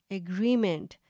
agreement